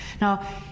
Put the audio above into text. Now